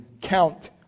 count